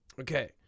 Okay